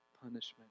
punishment